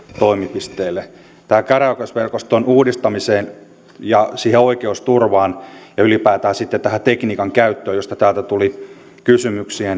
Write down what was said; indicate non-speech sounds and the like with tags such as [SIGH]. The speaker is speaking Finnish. toimipisteille tähän käräjäoikeusverkoston uudistamiseen ja oikeusturvaan ja ylipäätään sitten tähän tekniikan käyttöön josta täältä tuli kysymyksiä [UNINTELLIGIBLE]